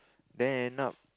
then end up